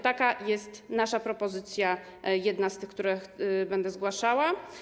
Taka jest nasza propozycja, jedna z tych, które będę zgłaszała.